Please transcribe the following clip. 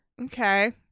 Okay